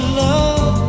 love